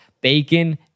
bacon